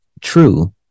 true